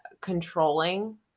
controlling